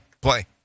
play